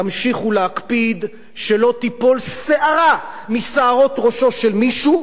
תמשיכו להקפיד שלא תיפול שערה משערות ראשו של מישהו,